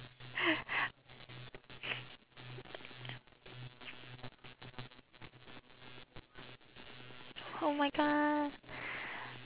oh my god